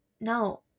no